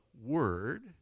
word